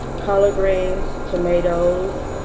collard greens, tomatoes,